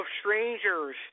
strangers